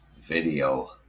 video